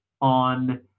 on